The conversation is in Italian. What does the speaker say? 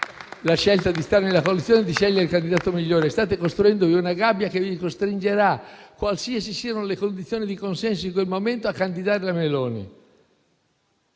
alla scelta di stare nella coalizione e del candidato migliore e state costruendo una gabbia che vi costringerà, qualsiasi siano le condizioni di consenso in quel momento, a candidare la Meloni.